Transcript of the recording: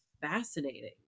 fascinating